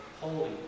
holy